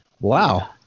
Wow